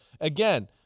again